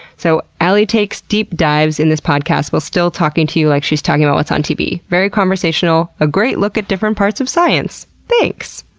so alie takes deep dives in this podcast while still talking to you like she's talking about what's on tv. very conversational. a great look at different parts of science. thanks!